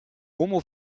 homo